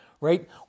right